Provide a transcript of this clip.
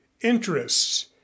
interests